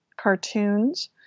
cartoons